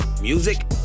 music